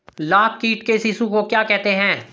लाख कीट के शिशु को क्या कहते हैं?